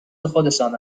خودشان